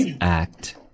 act